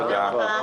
תודה רבה.